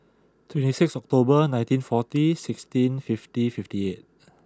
twenty six October nineteen forty sixteen fifty fifty eight